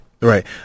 Right